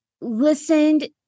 listened